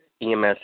EMS